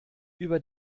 über